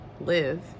live